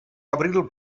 abril